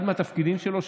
אחד התפקידים שלו,